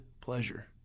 pleasure